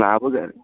लाबोगोर